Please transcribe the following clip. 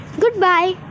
Goodbye